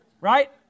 right